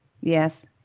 Yes